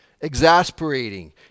exasperating